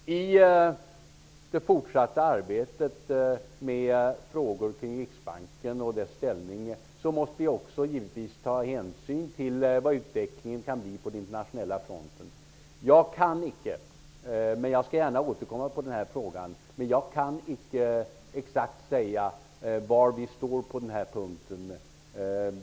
I det fortsatta arbetet med frågor kring Riksbanken och dess ställning måste vi givetvis också ta hänsyn till utvecklingen på den internationella fronten. Jag kan icke säga exakt var vi står på den här punkten.